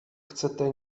chcete